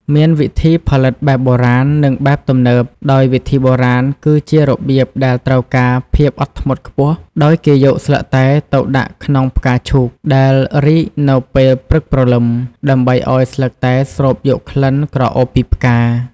មានវិធីផលិតបែបបុរាណ និងបែបទំនើប ដោយវិធីបុរាណគឺជារបៀបដែលត្រូវការភាពអត់ធ្មត់ខ្ពស់ ដោយគេយកស្លឹកតែទៅដាក់ក្នុងផ្កាឈូកដែលរីកនៅពេលព្រឹកព្រលឹម ដើម្បីឲ្យស្លឹកតែស្រូបយកក្លិនក្រអូបពីផ្កា។